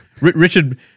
Richard